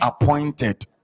appointed